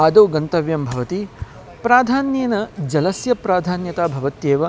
आदौ गन्तव्यं भवति प्राधान्येन जलस्य प्राधान्यता भवत्येव